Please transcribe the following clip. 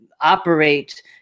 operate